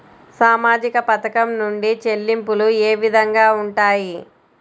సామాజిక పథకం నుండి చెల్లింపులు ఏ విధంగా ఉంటాయి?